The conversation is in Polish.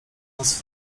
nas